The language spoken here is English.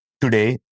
today